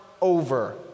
over